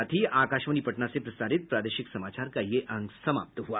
इसके साथ ही आकाशवाणी पटना से प्रसारित प्रादेशिक समाचार का ये अंक समाप्त हुआ